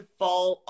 fall